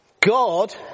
God